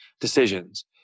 decisions